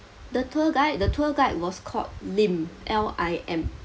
the tour guide the tour guide was called lim L I M